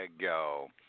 go